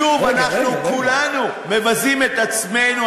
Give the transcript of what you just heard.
שוב אנחנו כולנו מבזים את עצמנו.